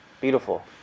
Beautiful